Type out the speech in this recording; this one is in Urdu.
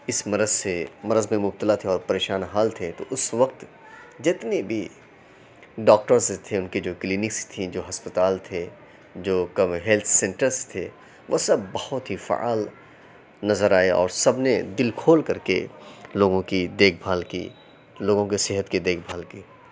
اِس مرض سے مرض میں مبتلا تھے اور پریشان حال تھے تو اُس وقت جتنے بی ڈاکٹرز تھے اُن کے جو کلینکس تھیں جو ہسپتال تھے جو کم ہیلتھ سینٹرز تھے وہ سب بہت ہی فعال نظر آئے اور سب نے دِل کھول کر کے لوگوں کی دیکھ بھال کی لوگوں کے صحت کی دیکھ بھال کی